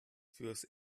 fürs